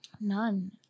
None